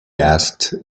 asked